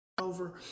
over